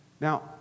Now